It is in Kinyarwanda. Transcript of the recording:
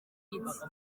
bivugitse